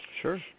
Sure